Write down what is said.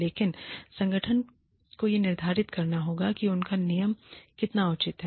लेकिन संगठन को यह निर्धारित करना होगा कि उनका नियम कितना उचित है